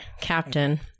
captain